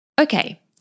Okay